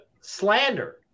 slander